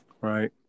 Right